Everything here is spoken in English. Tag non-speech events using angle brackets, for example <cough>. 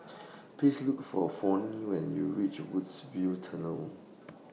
Please Look For Fronie when YOU REACH Woodsville Tunnel <noise>